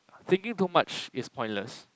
thinking too much is pointless